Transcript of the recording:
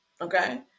okay